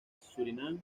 surinam